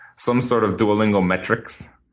some sort of duolingo metrics.